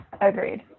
agreed